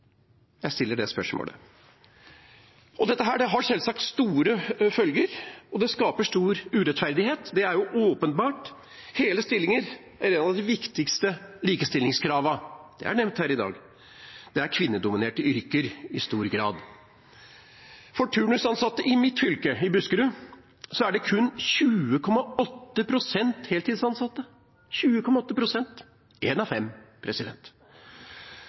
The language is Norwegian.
Jeg stiller det spørsmålet. Dette har selvsagt store følger, og det skaper stor urettferdighet. Det er åpenbart. Hele stillinger er et av de viktigste likestillingskravene. Det er nevnt her i dag. Dette gjelder kvinnedominerte yrker i stor grad. Blant turnusansatte i mitt fylke, Buskerud, er det kun 20,8 pst. heltidsansatte – 20,8 pst. – én av fem.